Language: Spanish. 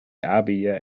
había